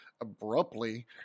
abruptly